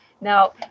Now